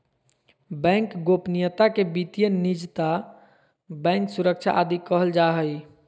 bank गोपनीयता के वित्तीय निजता, बैंक सुरक्षा आदि कहल जा हइ